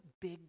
big